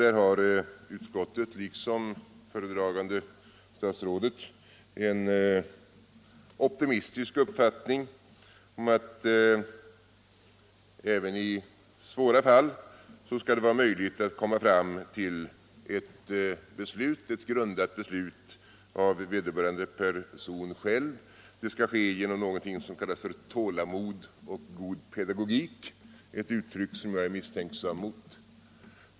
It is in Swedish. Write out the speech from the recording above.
Där har utskottet liksom det föredragande statsrådet en optimistisk uppfattning om att det även i svåra fall skall vara möjligt att komma fram till ett grundat beslut av vederbörande person själv. Det skall ske genom någonting som kallas ”tålamod och god pedagogik”, ett uttryck som jag är tveksam mot.